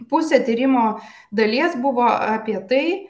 pusė tyrimo dalies buvo apie tai